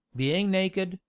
bein' naked,